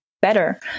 better